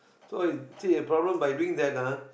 so is actually the problem by doing that ah